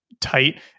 tight